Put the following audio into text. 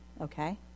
okay